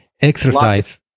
exercise